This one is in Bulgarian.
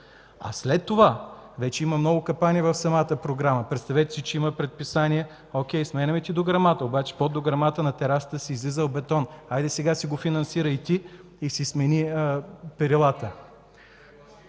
След това вече има много капани в самата програма. Представете си, че има предписания: „Окей, сменяме ти дограмата, но под дограмата на терасата си иззидал бетон, хайде, сега си го финансирай ти и си смени перилата”.